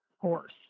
horse